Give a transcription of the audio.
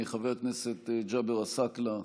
חבר הכנסת ג'אבר עסאקלה,